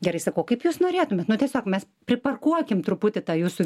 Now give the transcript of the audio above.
gerai sakau kaip jūs norėtumėt nu tiesiog mes priparkuokim truputį tą jūsų